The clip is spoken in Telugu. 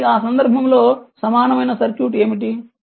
కాబట్టి ఆ సందర్భంలో సమానమైన సర్క్యూట్ ఏమిటి